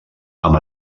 amb